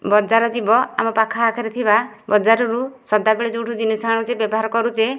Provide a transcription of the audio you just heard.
ବଜାର ଯିବ ଆମ ପାଖ ଆଖରେ ଥିବା ବଜାରରୁ ସଦାବେଳେ ଯେଉଁଠୁ ଜିନିଷ ଆଣୁଛେ ବ୍ୟବହାର କରୁଛେ